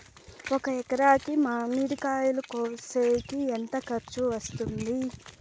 ఒక ఎకరాకి మామిడి కాయలు కోసేకి ఎంత ఖర్చు వస్తుంది?